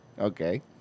Okay